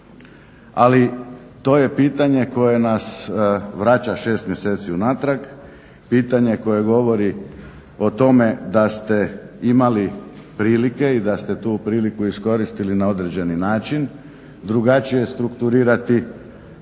Ali to je pitanje koje nas vraća 6 mjeseci unatrag, pitanje koje govori o tome da ste imali prilike i da ste tu priliku iskoristili na određeni način drugačije strukturirati izvršnu